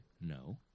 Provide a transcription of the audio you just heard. No